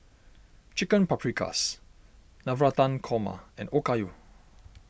Chicken Paprikas Navratan Korma and Okayu